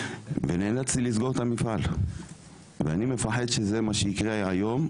ונאלצתי לסגור את המפעל ואני מפחד שזה מה שיקרה היום,